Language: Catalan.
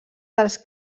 dels